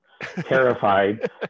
terrified